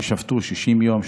ששבתו 60 יום,